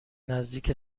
نزدیک